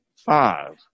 Five